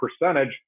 percentage